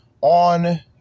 On